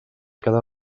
cada